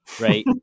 right